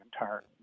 entire